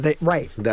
Right